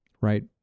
right